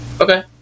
Okay